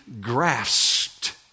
grasped